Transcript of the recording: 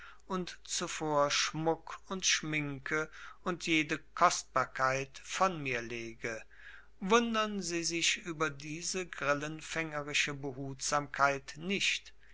und zuvor schmuck und schminke und jede kostbarkeit von mir lege wundern sie sich über diese grillenfängerische behutsamkeit nicht